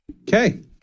Okay